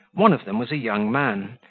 one of them was a young man,